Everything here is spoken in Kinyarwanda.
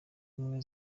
ubumwe